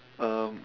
um